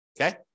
Okay